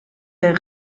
der